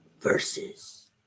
versus